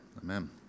Amen